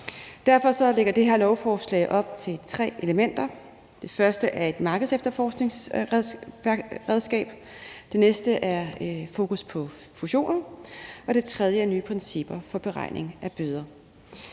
Derfor lægger det her lovforslag op til tre elementer. Det første er et markedsefterforskningsredskab. Det andet er et fokus på fusioner, og det tredje er nye principper for beregning af bøder.